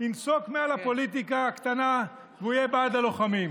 ינסוק מעל הפוליטיקה הקטנה ויהיה בעד הלוחמים.